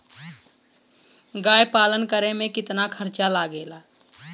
गाय पालन करे में कितना खर्चा लगेला?